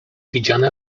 widziane